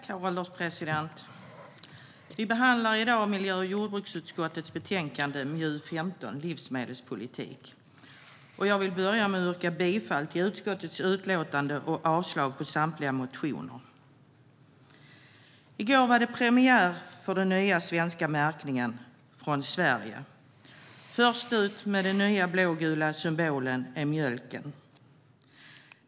Herr ålderspresident! Vi behandlar i dag miljö och jordbruksutskottets betänkande MJU15, Livsmedelspolitik . Jag vill börja med att yrka bifall till utskottets förslag och avslag på samtliga motioner. I går var det premiär för den nya svenska märkningen Från Sverige. Först ut med den nya blågula symbolen är mjölken.